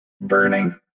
burning